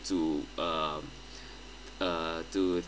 to um uh to